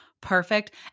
perfect